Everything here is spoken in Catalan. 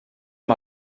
amb